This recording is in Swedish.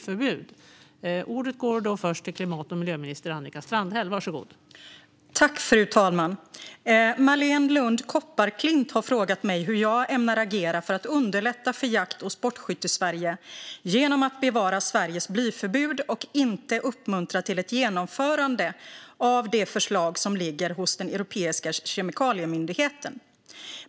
Fru talman! Marléne Lund Kopparklint har frågat mig hur jag ämnar agera för att underlätta för Jakt och sportskyttesverige genom att bevara Sveriges blyförbud och inte uppmuntra till ett genomförande av det förslag som ligger hos Europeiska kemikaliemyndigheten.